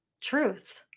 truth